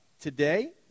today